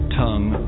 tongue